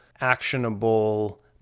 actionable